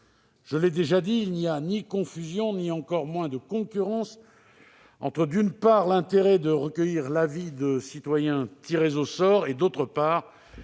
Je l'ai déjà dit, il n'y a ni confusion ni encore moins concurrence entre, d'une part, l'intérêt de recueillir l'avis de citoyens tirés au sort et, d'autre part,